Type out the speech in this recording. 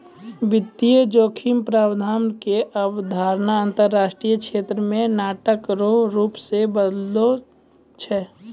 वित्तीय जोखिम प्रबंधन के अवधारणा अंतरराष्ट्रीय क्षेत्र मे नाटक रो रूप से बदललो छै